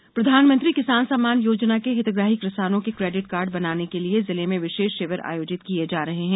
सम्मान योजना कार्ड प्रधानमंत्री किसान सम्मान योजना के हितग्राही किसानों के क्रेडिट कार्ड बनाए के लिए जिले में विशेष शिविर आयोजित किए जा रहे हैं